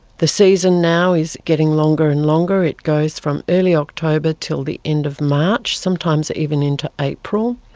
the season now is getting longer and longer, it goes from early october to the end of march, sometimes even into april.